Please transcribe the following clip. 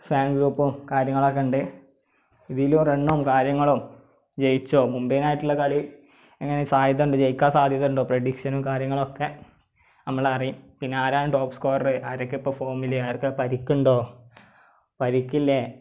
fan ഗ്രൂപ്പും കാര്യങ്ങളൊക്കെ ഉണ്ട് ഇതിലും റണ്ണും കാര്യങ്ങളും ജയിച്ചോ മുംബൈ ആയിട്ടുള്ള കളി എങ്ങനെ സാധ്യത ഉണ്ടോ ജയിക്കാന് സാധ്യത ഉണ്ടോ പ്രെഡിക്ഷനും കാര്യങ്ങളുമൊ ക്കെ നമ്മളറിയും പിന്നെ ആരാണ് ടോപ്പ് സ്കോറർ ആരൊക്കെ ഇപ്പോൾ ഫോമിൽ ആർക്ക് പരിക്കുണ്ടോ പരിക്കില്ലെ